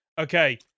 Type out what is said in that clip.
okay